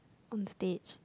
on stage